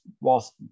whilst